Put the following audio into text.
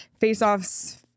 Faceoffs